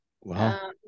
Wow